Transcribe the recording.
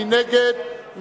מי נגד?